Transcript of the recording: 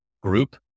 group